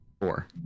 Four